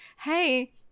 Hey